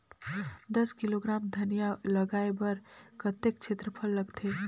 दस किलोग्राम धनिया लगाय बर कतेक क्षेत्रफल लगथे?